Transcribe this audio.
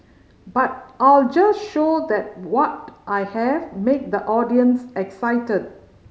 but I'll just show that what I have make the audience excited